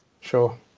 sure